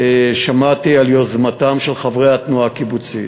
שמעתי על יוזמתם של חברי התנועה הקיבוצית.